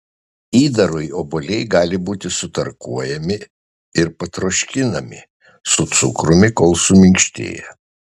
įdarui obuoliai gali būti sutarkuojami ir patroškinami su cukrumi kol suminkštėja